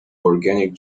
organic